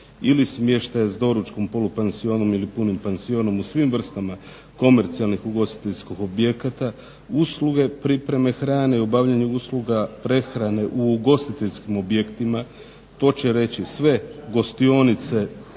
ili smještaja s doručkom, polupansionom ili punim pansionom u svim vrstama komercijalnih ugostiteljskih objekata, usluge pripreme hrane i obavljanje usluga prehrane u ugostiteljskim objektima. To će reći sve gostionice